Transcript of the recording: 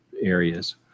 areas